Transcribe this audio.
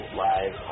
live